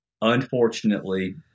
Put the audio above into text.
unfortunately